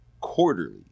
quarterly